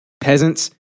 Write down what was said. peasants